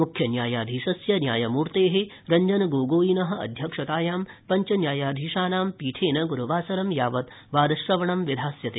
मुख्यन्यायाधीशस्य न्यायमूर्तेः रव्जनगोगोईनः अध्यक्षतायां पञ्चन्यायाधीशानां पीठेन ग्रुवासरं यावत् वादश्रवणं विधास्यते